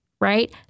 right